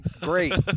great